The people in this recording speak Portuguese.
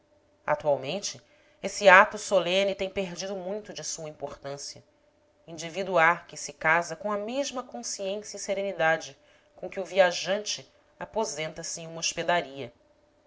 atualmente esse ato solene tem perdido muito de sua importância indivíduo há que se casa com a mesma consciência e serenidade com que o viajante aposenta se em uma hospedaria